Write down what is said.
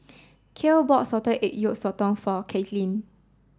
Cale bought Salted Egg Yolk Sotong for Katelynn